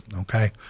okay